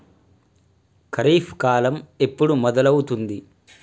ఖరీఫ్ కాలం ఎప్పుడు మొదలవుతుంది?